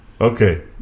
okay